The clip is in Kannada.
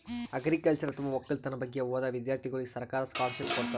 ಅಗ್ರಿಕಲ್ಚರ್ ಅಥವಾ ವಕ್ಕಲತನ್ ಬಗ್ಗೆ ಓದಾ ವಿಧ್ಯರ್ಥಿಗೋಳಿಗ್ ಸರ್ಕಾರ್ ಸ್ಕಾಲರ್ಷಿಪ್ ಕೊಡ್ತದ್